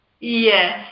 Yes